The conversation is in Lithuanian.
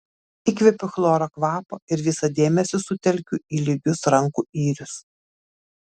įkvepiu chloro kvapo ir visą dėmesį sutelkiu į lygius rankų yrius